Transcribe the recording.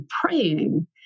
praying